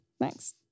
thanks